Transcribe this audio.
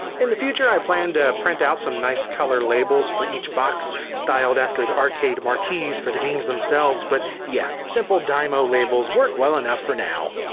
in the future i plan to print out some nice color labels for each box, styled after the arcade marquees for the games themselves. but yeah, simple dymo labels work well enough for now.